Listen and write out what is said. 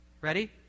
ready